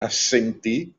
assentì